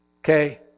okay